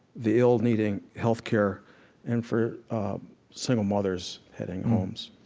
the ill needing health care and for single mothers heading homes?